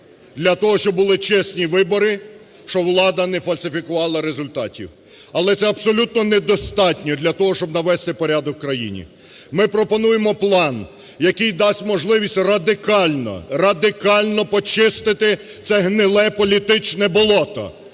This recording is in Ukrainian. для того, щоб були чесні вибори, щоб влада не фальсифікувала результатів. Але це абсолютно недостатньо для того, щоб навести порядок в країні. Ми пропонуємо план, який дасть можливість радикально, радикально почистити це гниле політичне болото,